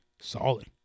Solid